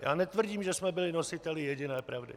Já netvrdím, že jsme byli nositeli jediné pravdy.